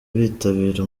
bitabira